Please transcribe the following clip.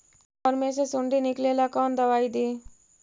चाउर में से सुंडी निकले ला कौन दवाई दी?